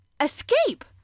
Escape